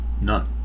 None